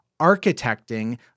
architecting